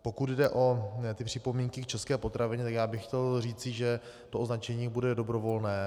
Pokud jde o připomínky k české potravině, tak já bych chtěl říci, že to označení bude dobrovolné.